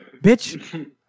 Bitch